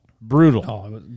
brutal